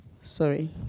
Sorry